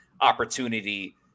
opportunity